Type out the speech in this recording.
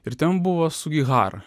ir ten buvo sugihara